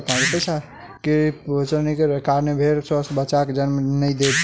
कुपोषणक कारणेँ भेड़ स्वस्थ बच्चाक जन्म नहीं दय सकल